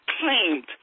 claimed